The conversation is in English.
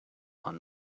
are